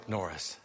Norris